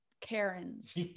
Karens